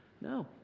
no